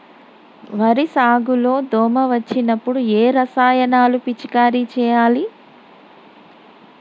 వరి సాగు లో దోమ వచ్చినప్పుడు ఏ రసాయనాలు పిచికారీ చేయాలి?